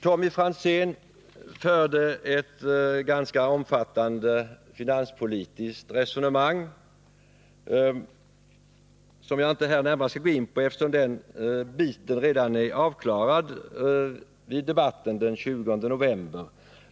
Tommy Franzén förde ett ganska omfattande finanspolitiskt resonemang, som jag inte här närmare skall gå in på eftersom den delen redan är avklarad vid debatten den 20 november.